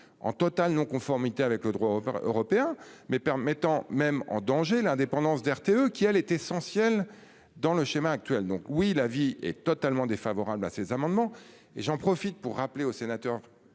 en totale non conformité avec le droit par européen mais permettant même en danger l'indépendance d'RTE qui elle est essentielle dans le schéma actuel, donc oui la vie est totalement défavorable à ces amendements et j'en profite pour rappeler aux sénateurs.